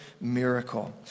Miracle